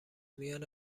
میان